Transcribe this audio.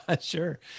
Sure